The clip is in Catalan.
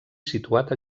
situat